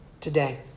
today